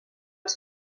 els